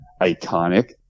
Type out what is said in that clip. iconic